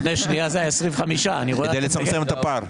לפני שנייה זה היה 25. כדי לצמצם את הפער.